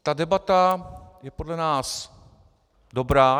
Ta debata je podle nás dobrá.